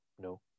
no